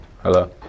Hello